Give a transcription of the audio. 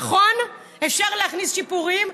נכון, אפשר להכניס שיפורים,